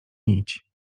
nić